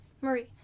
Marie